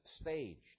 staged